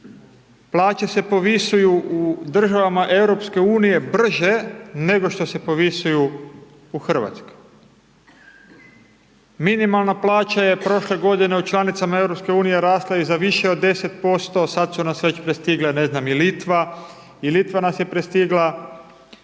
plaće se povisuju u državama EU brže nego što se povisuju u Hrvatskoj. Minimalna plaća je prošle godine u članicama EU rasla i za više od 10%, sad su nas već prestigle ne znam i Litva i Litva nas je prestigla,